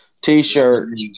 T-shirt